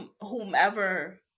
whomever